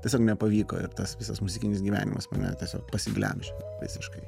tiesiog nepavyko ir tas visas muzikinis gyvenimas mane tiesiog pasiglemžė visiškai